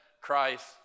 Christ